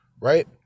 right